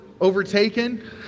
overtaken